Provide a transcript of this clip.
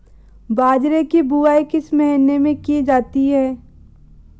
बाजरे की बुवाई किस महीने में की जाती है?